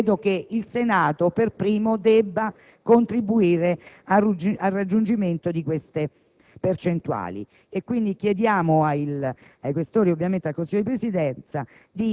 il 31 dicembre 2011. Credo che il Senato per primo debba contribuire al raggiungimento di tali percentuali. Chiediamo